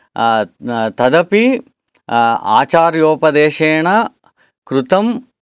तदपि आचार्योपदेशेन कृतम्